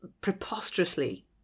preposterously